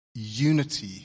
unity